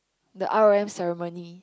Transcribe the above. the r_o_m ceremony